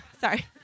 Sorry